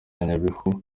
nyabihu